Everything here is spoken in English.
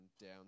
down